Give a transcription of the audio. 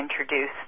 introduce